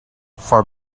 for